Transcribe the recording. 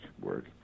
work